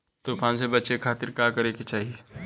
तूफान से बचे खातिर का करे के चाहीं?